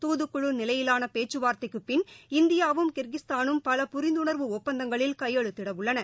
துதுக்குழு நிலையிலாள பேச்சுவார்த்தைக்குப் பின் இந்தியாவும் கிர்கிஸ்தானும் பல புரிந்துணர்வு ஒப்பந்தங்களில் கையெழுத்திட உள்ளன